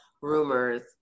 rumors